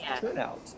turnout